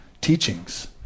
teachings